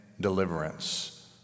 deliverance